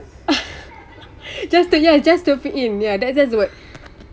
just to ya just to fit in ya that's that's the word